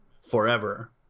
forever